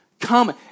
Come